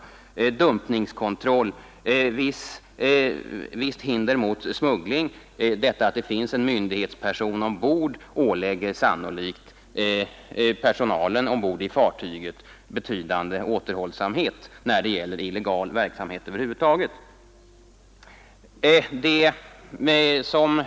Vidare kan han utöva dumpningskontroll och vara visst hinder mot smuggling; detta att det finns en myndighetsperson ombord ålägger sannolikt personalen ombord i fartyget betydande återhållsamhet när det gäller illegal verksamhet över huvud taget.